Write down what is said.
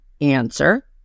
answer